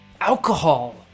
alcohol